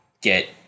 get